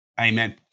Amen